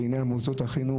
ולעניין מוסדות החינוך,